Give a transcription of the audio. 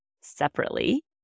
separately